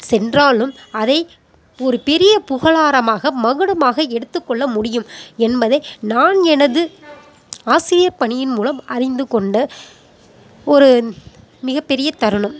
சென்றாலும் அதை ஒரு பெரிய புகழாரமாக மகுடமாக எடுத்துக் கொள்ள முடியும் என்பதை நான் எனது ஆசிரியர் பணியின் மூலம் அறிந்து கொண்ட ஒரு மிகப்பெரிய தருணம்